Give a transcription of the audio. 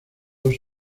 dos